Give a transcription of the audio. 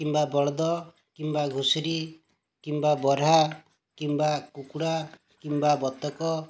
କିମ୍ବା ବଳଦ କିମ୍ବା ଘୁଷୁରୀ କିମ୍ବା ବରାହ କିମ୍ବା କୁକୁଡ଼ା କିମ୍ବା ବତକ